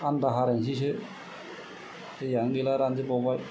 आनदा हारायनोसै दैआनो गैला रानजोब बावबाय